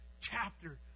chapter